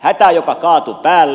hätä joka kaatui päälle